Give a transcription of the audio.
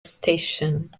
station